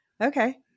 Okay